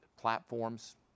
platforms